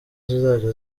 zizajya